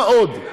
מה עוד?